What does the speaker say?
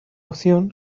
opción